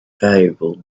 valuable